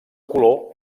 color